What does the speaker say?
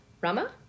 rama